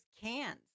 cans